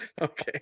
okay